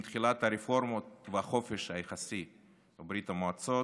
עם תחילת הרפורמות בחופש היחסי בברית המועצות,